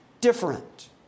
different